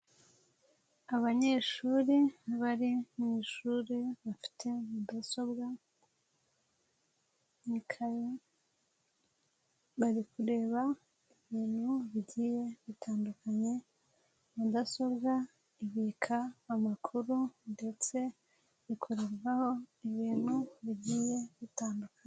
Abanyeshuri bari mu ishuri, bafite mudasobwa n'ikayi, ni bari kureba ibintu bigiye bitandukanye, mudasobwa ibika amakuru ndetse rikorerwaho ibintu bigiye bitandukanye..